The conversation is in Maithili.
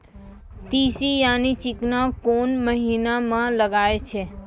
तीसी यानि चिकना कोन महिना म लगाय छै?